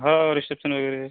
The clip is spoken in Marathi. हो रिसेप्शन वगैरे